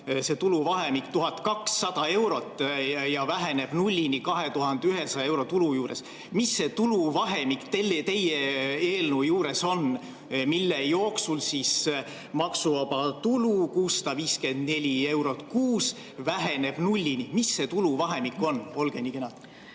see tuluvahemik 1200 eurot ja väheneb nullini 2100 euro tulu juures. Mis see tuluvahemik teie eelnõu juures on, mille jooksul maksuvaba tulu 654 eurot kuus väheneb nullini? Mis see tuluvahemik on? Olge nii kena.